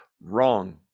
wrong